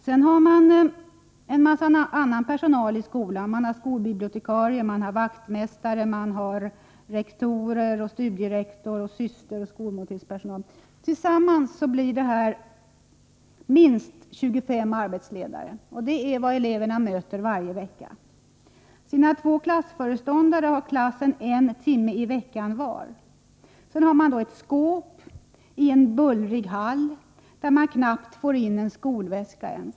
Sedan har man en mängd annan personal i skolan — skolbibliotekarier, vaktmästare, rektor, studierektor, syster, skolmåltidspersonal m.fl. Tillsammans blir det minst 25 arbetsledare, som eleverna möter varje vecka. Sina två klassföreståndare har klassen en timme i veckan var. Sedan har eleven ett skåp i en bullrig hall, där man knappt får in ens en skolväska.